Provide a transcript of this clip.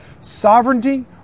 Sovereignty